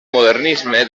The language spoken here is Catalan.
modernisme